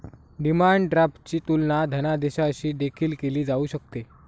demand ड्राफ्टची तुलना धनादेशाशी देखील केली जाऊ शकते